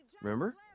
Remember